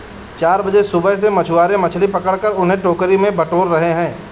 चार बजे सुबह से मछुआरे मछली पकड़कर उन्हें टोकरी में बटोर रहे हैं